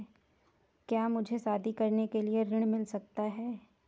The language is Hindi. क्या मुझे शादी करने के लिए ऋण मिल सकता है?